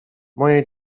moje